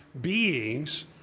beings